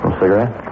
cigarette